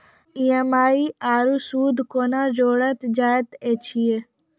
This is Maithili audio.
ई.एम.आई आरू सूद कूना जोड़लऽ जायत ऐछि?